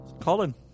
Colin